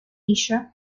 asia